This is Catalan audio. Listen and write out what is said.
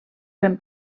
ben